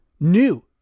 New